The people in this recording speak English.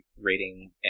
rating